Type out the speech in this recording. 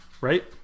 right